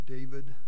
David